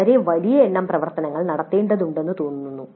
വളരെ വലിയ എണ്ണം പ്രവർത്തനങ്ങൾ നടത്തേണ്ടതുണ്ടെന്ന് തോന്നുന്നു